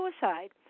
suicide